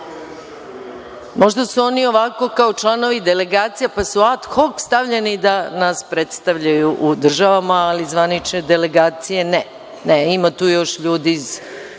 Možda su oni ovako kao članovi delegacija pa su ad hok stavljani da nas predstavljaju u državama, ali zvanične delegacije ne. Ima tu još ljudi